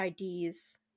IDs